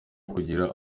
kugira